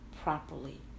properly